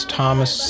Thomas